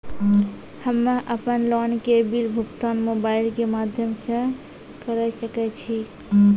हम्मे अपन लोन के बिल भुगतान मोबाइल के माध्यम से करऽ सके छी?